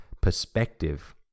perspective